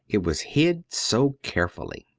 it was hid so carefully.